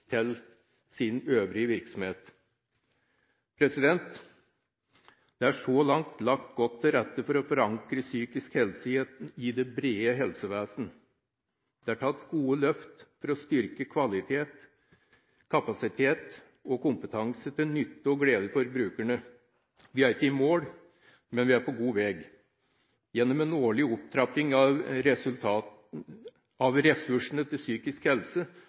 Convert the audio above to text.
til sin øvrige virksomhet. Det er så langt lagt godt til rette for å forankre psykisk helse i det brede helsevesenet. Det er tatt gode løft for å styrke kvalitet, kapasitet og kompetanse, til nytte og glede for brukerne. Vi er ikke i mål, men vi er på god veg. Gjennom en årlig opptrapping av ressursene til psykisk helse